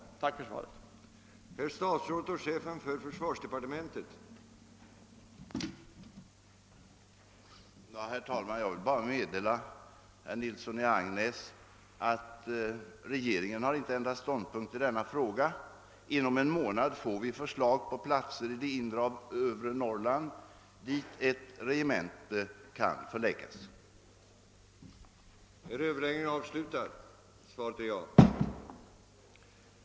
Jag tackar än en gång för svaret på min fråga.